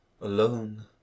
alone